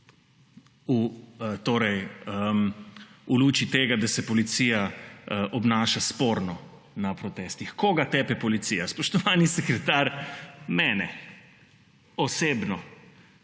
v luči tega, da se policija obnaša sporno na protestih, koga tepe policija. Spoštovani sekretar, mene. Osebno.